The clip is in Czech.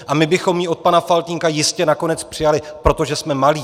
A my bychom ji od pana Faltýnka jistě nakonec přijali, protože jsme malí.